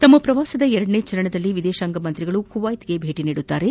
ತಮ್ಮ ಪ್ರವಾಸದ ಎರಡನೇ ಚರಣದಲ್ಲಿ ವಿದೇಶಾಂಗ ಸಚಿವರು ಕುವೈತ್ಗೆ ಭೇಟ ನೀಡಲಿದ್ದಾರೆ